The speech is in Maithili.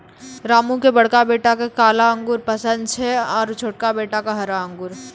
रामू के बड़का बेटा क काला अंगूर पसंद छै आरो छोटका बेटा क हरा अंगूर